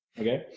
Okay